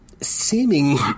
seeming